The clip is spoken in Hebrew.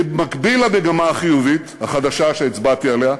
כי במקביל למגמה החיובית החדשה שהצבעתי עליה,